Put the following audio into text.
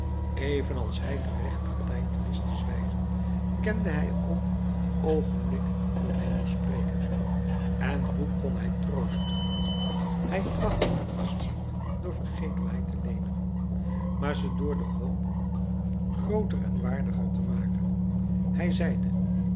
evenals hij ter rechter tijd wist te zwijgen kende hij ook het oogenblik dat hij moest spreken en hoe kon hij troosten hij trachtte niet de smart door vergetelheid te lenigen maar ze door de hoop grooter en waardiger te maken hij zeide